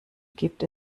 gibt